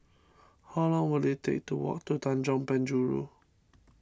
how long will it take to walk to Tanjong Penjuru